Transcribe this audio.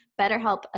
BetterHelp